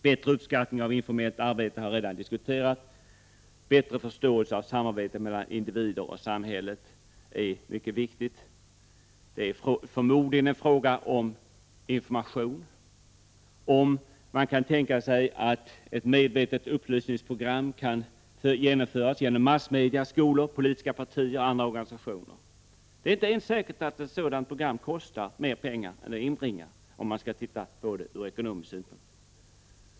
Bättre uppskattning av informellt arbete har jag redan diskuterat. Bättre förståelse av samarbetet mellan individer och samhället är mycket viktigt. Det är förmodligen en fråga om information, om man kan tänka sig att ett medvetet upplysningsprogram kan genomföras genom massmedia, skolor, politiska partier och andra organisationer. Det är inte ens säkert att ett sådant program kostar mer pengar än det inbringar, om man skall titta på det ur ekonomisk synpunkt.